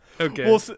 Okay